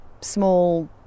small